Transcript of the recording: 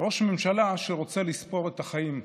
ראש ממשלה שרוצה לספור את החיים.